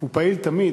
הוא פעיל תמיד,